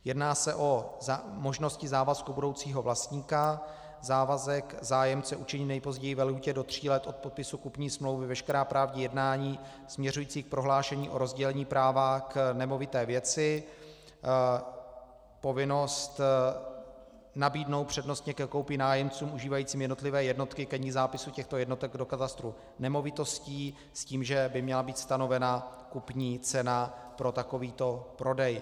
Jedná se o možnosti závazku budoucího vlastníka, závazek zájemce učinit nejpozději ve lhůtě do tří let od podpisu kupní smlouvy veškerá právní jednání směřující k prohlášení o rozdělení práva k nemovité věci, povinnost nabídnout přednostně ke koupi nájemcům užívajícím jednotlivé jednotky ke dni zápisu těchto jednotek do katastru nemovitostí s tím, že by měla být stanovena kupní cena pro takovýto prodej.